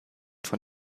von